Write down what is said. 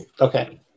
Okay